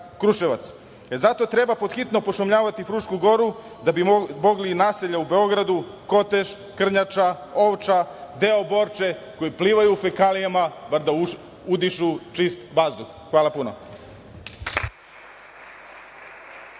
Zato treba pod hitno pošumljavati Frušku goru da bi mogla i naselja u Beogradu, Kotež, Krnjača, Ovča, deo Borče koji plivaju u fekalijama bar da udišu čist vazduh. Hvala puno.